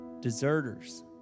deserters